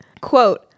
quote